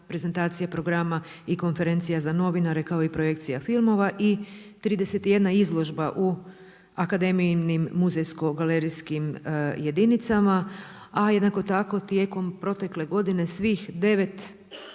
prezentacija, programa i konferencija za novinare kao i projekcija filmova i 31 izložba u akademijinim muzejsko-galerijskim jedinicama. A jednako tako tijekom protekle godine svih devet